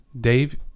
Dave